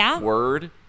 word